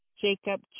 Jacob